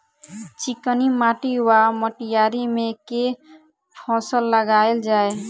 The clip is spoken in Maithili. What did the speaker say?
चिकनी माटि वा मटीयारी मे केँ फसल लगाएल जाए?